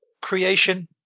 creation